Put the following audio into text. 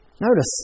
Notice